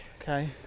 Okay